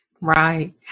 Right